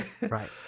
right